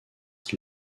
qui